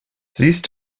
siehst